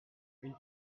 une